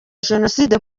jenoside